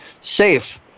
Safe